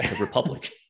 republic